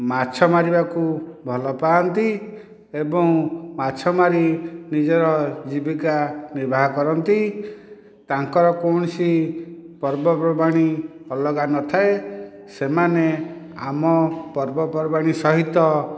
ମାଛ ମାରିବାକୁ ଭଲ ପାଆନ୍ତି ଏବଂ ମାଛ ମାରି ନିଜର ଜୀବିକା ନିର୍ବାହ କରନ୍ତି ତାଙ୍କର କୌଣସି ପର୍ବପର୍ବାଣୀ ଅଲଗା ନଥାଏ ସେମାନେ ଆମ ପର୍ବପର୍ବାଣୀ ସହିତ